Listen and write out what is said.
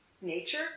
nature